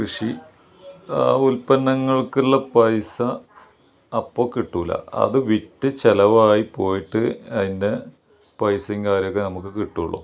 കൃഷി ഉൽപ്പന്നങ്ങൾക്കുള്ള പൈസ അപ്പോൾ കിട്ടൂല അത് വിറ്റ് ചിലവായി പോയിട്ട് അതിൻ്റെ പൈസേം കാര്യമൊക്കെ നമുക്ക് കിട്ടൂള്ളൂ